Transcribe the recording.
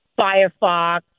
Firefox